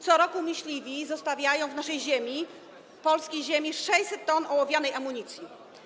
Co roku myśliwi zostawiają w naszej, polskiej ziemi 600 t ołowianej amunicji.